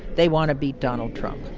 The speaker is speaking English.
they want to beat donald trump.